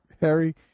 Harry